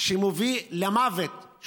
שמוביל למוות,